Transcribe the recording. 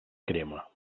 crema